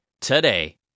today